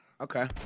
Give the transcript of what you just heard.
Okay